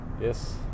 yes